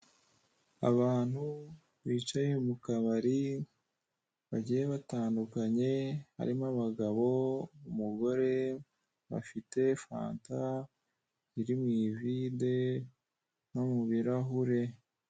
Abantu bicaye mu kabari bagiye batandukanye harimo: abagabo, umugore bafite fanta ziri mu ivide no mu birahure.